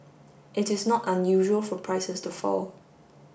it is not unusual for prices to fall